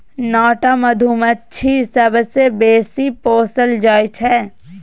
नाटा मधुमाछी सबसँ बेसी पोसल जाइ छै